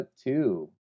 two